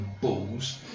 balls